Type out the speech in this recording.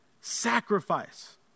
Sacrifice